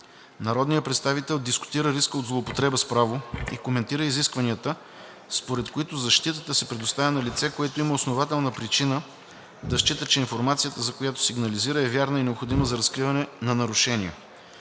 Народният представител дискутира риска от злоупотреба с право и коментира изискванията, според които защитата се предоставя на лице, което има основателна причина да счита, че информацията, за която сигнализира, е вярна и необходима за разкриване на нарушение.